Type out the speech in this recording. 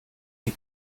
die